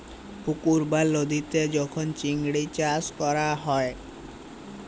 পুকুর বা লদীতে যখল চিংড়ি চাষ ক্যরা হ্যয়